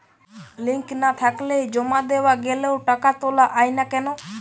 Link না থাকলে জমা দেওয়া গেলেও টাকা তোলা য়ায় না কেন?